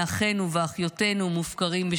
החמאס.